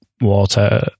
water